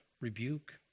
rebuke